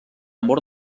mort